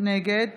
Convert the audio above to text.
נגד